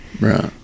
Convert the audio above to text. right